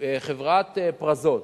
חברת "פרזות",